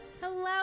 Hello